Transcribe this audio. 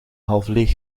halfleeg